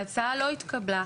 ההצעה לא התקבלה.